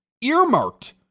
earmarked